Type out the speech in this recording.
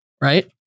right